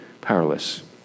powerless